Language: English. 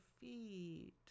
feet